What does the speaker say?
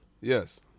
Yes